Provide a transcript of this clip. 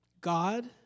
God